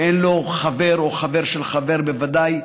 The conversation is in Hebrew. שאין לו חבר, או חבר של חבר בוודאי.